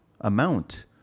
amount